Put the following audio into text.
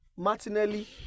Martinelli